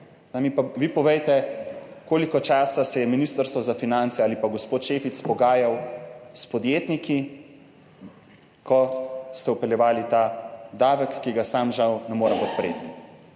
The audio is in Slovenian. vi povejte, koliko časa se je Ministrstvo za finance ali pa gospod Šefic pogajal s podjetniki, ko ste vpeljevali ta davek, ki ga sam žal ne morem podpreti.